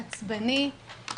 עצבני,